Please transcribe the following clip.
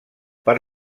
per